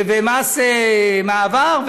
ומס מעבר,